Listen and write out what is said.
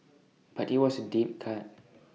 but IT was A deep cut